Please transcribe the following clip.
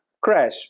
crash